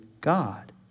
God